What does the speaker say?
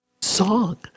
song